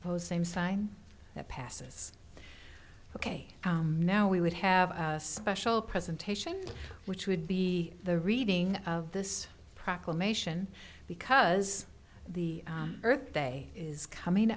post same sign that passes ok now we would have a special presentation which would be the reading of this proclamation because the earth day is coming